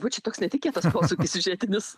va čia toks netikėtas posūkis siužetinis